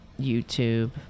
YouTube